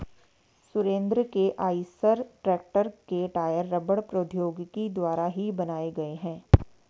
सुरेंद्र के Eicher tractor के tyre रबड़ प्रौद्योगिकी द्वारा ही बनाए गए हैं